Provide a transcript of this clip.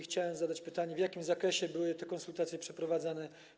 Chciałem zadać pytanie: W jakim zakresie były te konsultacje przeprowadzane?